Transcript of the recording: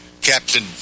Captain